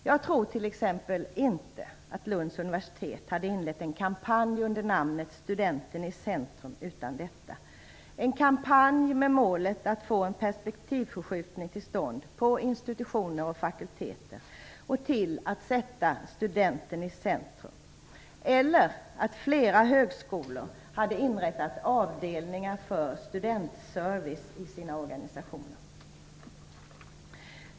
Jag tror t.ex. inte att Lunds universitet hade inlett en kampanj under namnet "Studenten i centrum" utan detta - en kampanj med målet att få en perspektivförskjutning till stånd på institutioner och fakulteter, för att sätta studenten i centrum. Jag tror inte heller att flera högskolor hade inrättat avdelningar för studentservice i sina oganisationer.